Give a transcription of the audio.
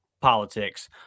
politics